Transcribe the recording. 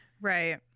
Right